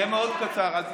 אני אהיה מאוד קצר, אל תדאגי.